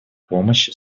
помощи